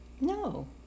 No